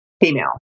female